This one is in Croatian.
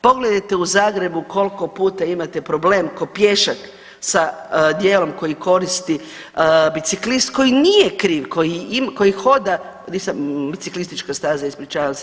Pogledajte u Zagrebu koliko puta imate problem kao pješak sa dijelom koji koristi biciklist koji nije kriv, koji hoda, biciklistička staza ispričavam se.